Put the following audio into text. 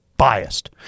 Biased